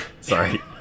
Sorry